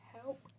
Help